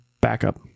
backup